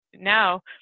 Now